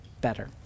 better